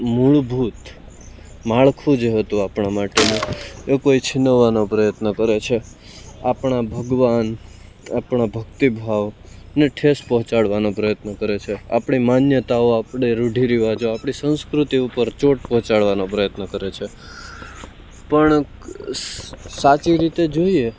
મૂળભૂત માળખું જે હતું આપણાં માટેનું એ કોઈ છીનવવાનો પ્રયત્ન કરે છે આપણા ભગવાન આપણો ભક્તિ ભાવ ને ઠેસ પહોંચાડવાનો પ્રયત્ન કરે છે આપણી માન્યતાઓ આપણી રૂઢિ રિવાજો આપણી સંસ્કૃતિ ઉપર ચોટ પહોંચાડવાનો પ્રયત્ન કરે છે પણ સાચી રીતે જોઈએ